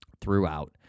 throughout